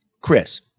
Chris